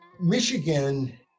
Michigan